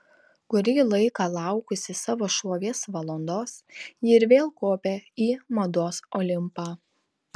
kurį laiką laukusi savo šlovės valandos ji ir vėl kopią į mados olimpą